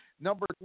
number